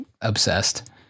obsessed